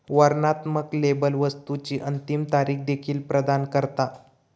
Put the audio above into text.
वर्णनात्मक लेबल वस्तुची अंतिम तारीख देखील प्रदान करता